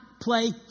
play